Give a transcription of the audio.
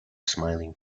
smiling